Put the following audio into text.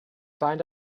find